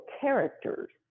characters